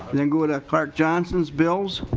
then go to clark johnson's bills.